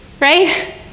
right